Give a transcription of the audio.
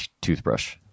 toothbrush